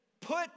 put